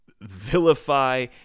vilify